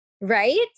Right